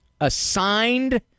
assigned